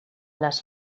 les